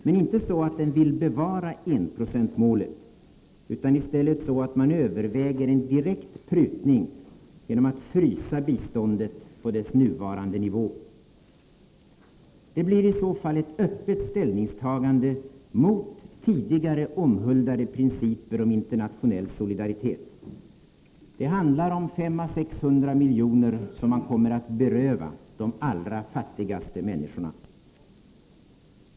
Men inte så att den vill bevara enprocentsmålet, utan i stället överväger den en direkt prutning genom att frysa biståndet på dess nuvarande nivå. Det blir i så fall ett öppet ställningstagande mot tidigare omhuldade principer om internationell solidaritet. Det handlar om ca 500-600 milj.kr. som man kommer att beröva de allra fattigaste människorna.